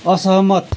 असहमत